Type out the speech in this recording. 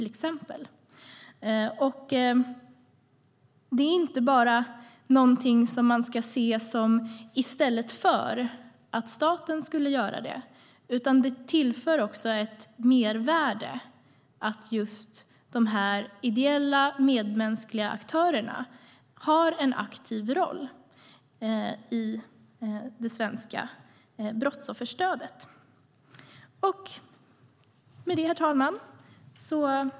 De ska inte ses som något som är i stället för staten utan som att det tillför ett mervärde att de ideella medmänskliga aktörerna har en aktiv roll i det svenska brottsofferstödet. Herr talman!